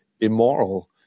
immoral